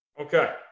Okay